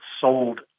sold